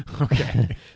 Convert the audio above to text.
okay